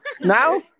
now